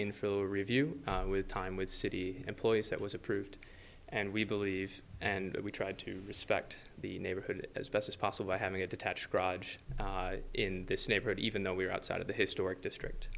infill review with time with city employees that was approved and we believe and we tried to respect the neighborhood as best as possible having a detached garage in this neighborhood even though we're outside of the historic district